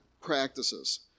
practices